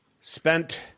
Spent